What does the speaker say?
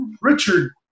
Richard